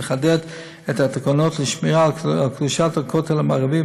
נחדד את התקנות לשמירה על קדושת הכותל המערבי,